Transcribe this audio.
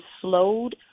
slowed